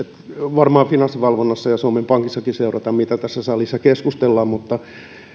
varmaan finanssivalvonnassa ja suomen pankissakin seurataan mitä tässä salissa keskustellaan mutta kyllä